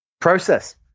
Process